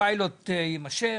הפיילוט יימשך.